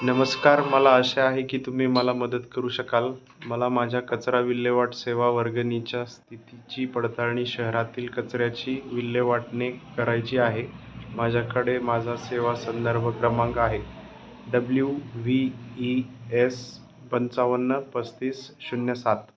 नमस्कार मला आशा आहे की तुम्ही मला मदत करू शकाल मला माझ्या कचरा विल्हेवाट सेवा वर्गणीच्या स्थितीची पडताळणी शहरातील कचऱ्याची विल्हेवाटीने करायची आहे माझ्याकडे माझा सेवा संदर्भ क्रमांक आहे डब्ल्यू व्ही ई एस पंचावन्न पस्तीस शून्य सात